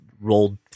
rolled